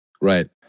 Right